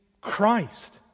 Christ